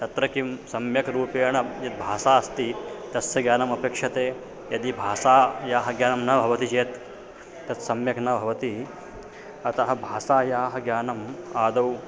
तत्र किं सम्यक् रूपेण यद् भाषा अस्ति तस्य ज्ञानम् अपेक्षते यदि भाषायाः ज्ञानं न भवति चेत् तत् सम्यक् न भवति अतः भाषायाः ज्ञानम् आदौ